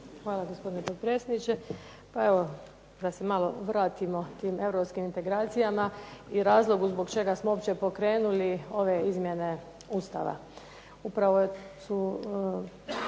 Hvala gospodine potpredsjedniče. Evo, da se malo vratimo Europskim integracijama i razlogu zbog čega smo uopće pokrenuli ove izmjene Ustava.